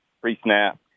pre-snap